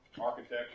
Architecture